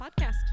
Podcast